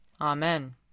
Amen